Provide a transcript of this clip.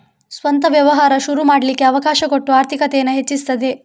ಸ್ವಂತ ವ್ಯವಹಾರ ಶುರು ಮಾಡ್ಲಿಕ್ಕೆ ಅವಕಾಶ ಕೊಟ್ಟು ಆರ್ಥಿಕತೇನ ಹೆಚ್ಚಿಸ್ತದೆ